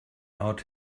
out